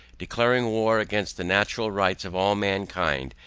declaring war against the natural rights of all mankind,